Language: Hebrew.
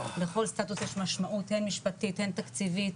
לכל סטאטוס יש משמעות הן משפטית הן תקציבית